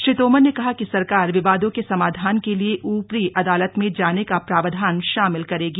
श्री तोमर ने कहा कि सरकार विवादों के समाधान के लिए ऊपरी अदालत में जाने का प्रावधान शामिल करेगी